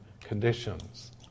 conditions